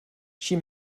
she